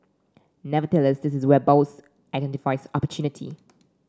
nevertheless this is where Bose identifies opportunity